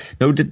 no